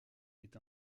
est